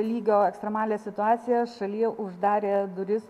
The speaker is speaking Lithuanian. lygio ekstremalią situaciją šalyje uždarė duris